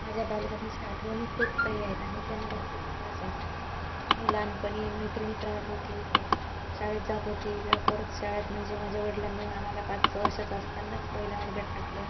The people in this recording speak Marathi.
माझ्या बालपणीच्या आठवणी खूप काही आहेत आणि त्या मला खूप खास आहेत मी लहानपणी मैत्रिणीत रहात होती शाळेत जात होती लवकरच शाळेत म्हणजे माझ्या वडलांनी आम्हाला पाच वर्षाचं असतानाच पहिल्या वर्गात टाकलं